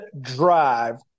Drive